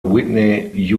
whitney